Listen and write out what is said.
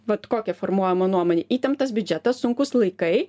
vat kokia formuojama nuomonė įtemptas biudžetas sunkūs laikai